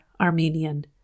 Armenian